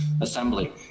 assembly